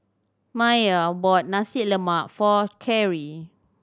Maia bought Nasi Lemak for Carry